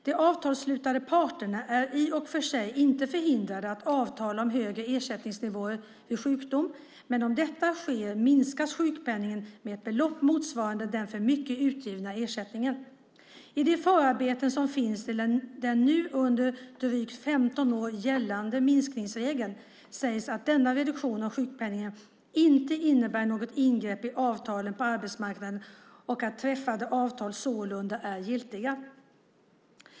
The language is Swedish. De avtalsslutande parterna är i och för sig inte förhindrade att avtala om högre ersättningsnivåer vid sjukdom, men om detta sker minskas sjukpenningen med ett belopp motsvarande den för mycket utgivna ersättningen. I de förarbeten som finns till den nu under drygt 15 år gällande minskningsregeln sägs att denna reduktion av sjukpenningen inte innebär något ingrepp i avtalen på arbetsmarknaden och att träffade avtal sålunda är giltiga.